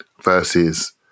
versus